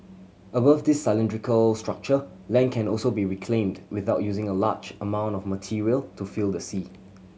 above this cylindrical structure land can also be reclaimed without using a large amount of material to fill the sea